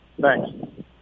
Thanks